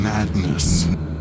Madness